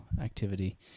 activity